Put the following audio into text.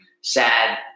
sad